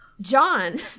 john